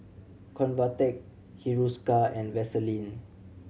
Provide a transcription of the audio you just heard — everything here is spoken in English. Convatec Hiruscar and Vaselin